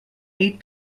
eight